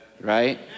right